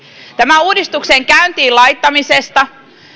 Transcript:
tämän uudistuksen käyntiin laittamisesta